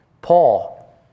Paul